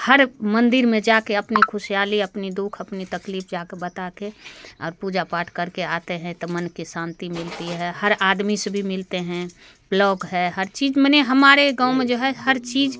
हर मंदिर में जा कर अपनी खुशहाली अपनी दुःख अपनी तकलीफ जा कर बता कर और पूजा पाठ करके आते है तो मन की शांति मिलती है हर आदमी से भी मिलते हैं ब्लॉक है हर चीज़ माने हमारे गाँव में जो है हर चीज़